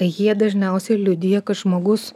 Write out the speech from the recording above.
jie dažniausiai liudija kad žmogus